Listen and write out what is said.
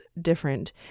different